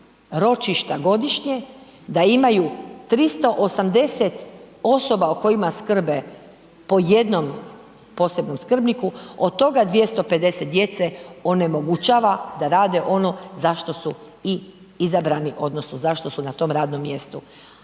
ročišta godišnje, da imaju 380 osoba o kojima skrbe po jednom posebnom skrbniku, od toga 250 onemogućava da rade ono za što su i izabrani odnosno zašto su na tom radnom mjestu.